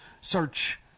Search